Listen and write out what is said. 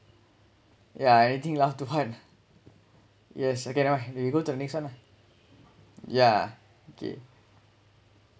yeah anything laugh too hard yes okay never mind we go to the next one lah yeah okay